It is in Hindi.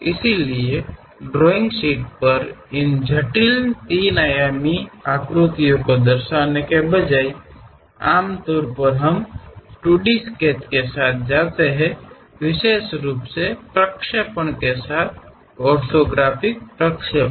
इसलिए ड्राइंग शीट पर इन जटिल तीन आयामी आकृतियों को दर्शाने के बजाय आमतौर पर हम 2 डी स्केच के साथ जाते हैं विशेष रूप से प्रक्षेपण के साथ ऑर्थोग्राफिक प्रक्षेपण